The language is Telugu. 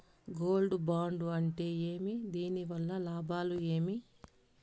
గోల్డ్ బాండు అంటే ఏమి? దీని వల్ల లాభాలు ఏమి?